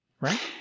Right